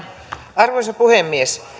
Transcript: arvoisa puhemies